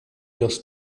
los